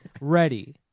ready